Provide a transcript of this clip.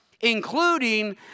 including